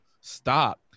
stop